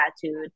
tattooed